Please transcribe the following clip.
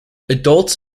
adults